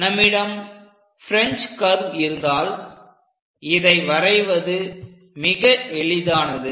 நம்மிடம் French curve இருந்தால் இதை வரைவது மிக எளிதானது